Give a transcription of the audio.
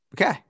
Okay